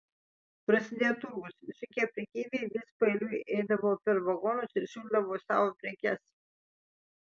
prasidėjo turgus visokie prekeiviai vis paeiliui eidavo per vagonus ir siūlydavo savo prekes